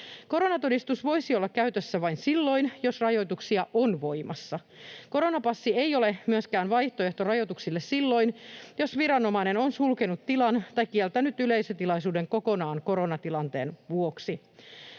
Koronatodistus voisi olla käytössä vain silloin jos rajoituksia on voimassa. Koronapassi ei ole vaihtoehto rajoituksille silloin jos viranomainen on sulkenut tilan tai kieltänyt yleisötilaisuuden kokonaan koronatilanteen vuoksi.